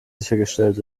sichergestellt